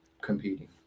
competing